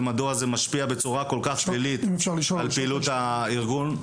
ומדוע זה משפיע בצורה כל כך שלילית על פעילות הארגון.